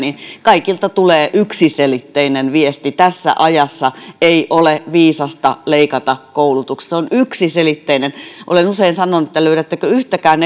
kaikilta tulee yksiselitteinen viesti tässä ajassa ei ole viisasta leikata koulutuksesta se on yksiselitteinen olen usein sanonut että löydättekö yhtäkään